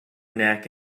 neck